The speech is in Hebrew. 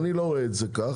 אבל אני לא רואה את זה כך,